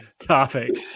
topic